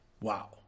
Wow